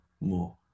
more